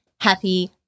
happy